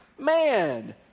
Man